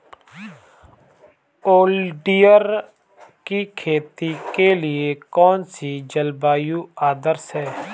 Oleander की खेती के लिए कौन सी जलवायु आदर्श है?